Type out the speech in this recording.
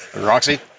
Roxy